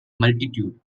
multitude